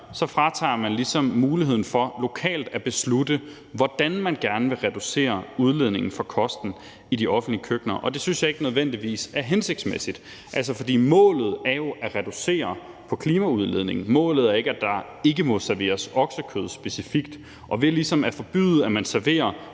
ligesom muligheden for lokalt at beslutte, hvordan man gerne vil reducere udledningen fra kosten i de offentlige køkkener, og det synes jeg ikke nødvendigvis er hensigtsmæssigt. Altså, målet er jo at reducere klimaudledningen; målet er ikke, at der ikke må serveres oksekød specifikt. Og ved at forbyde, at man serverer